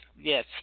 Yes